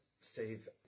Steve